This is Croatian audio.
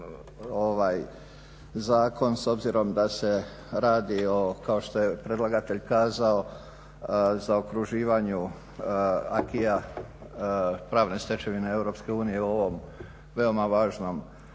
kao što je predlagatelj kao što je predlagatelj kazao zaokruživanju acquisa pravne stečevine EU o ovom veoma važnom